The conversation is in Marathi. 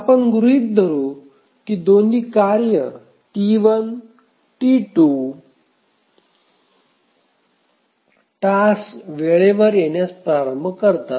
आपण गृहित धरू की दोन्ही कार्ये T1 T2 टास्क वेळेवर येण्यास प्रारंभ करतात